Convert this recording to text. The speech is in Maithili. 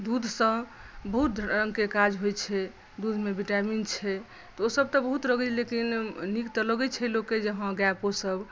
दुधसँ बहुत रङ्गके काज होइ छै दुधमे विटामीन छै तऽ ओ सभ तऽ बहुत रहै छै लेकिन नीक तऽ लगै छै लोककेँ जे हँ गाय पोसब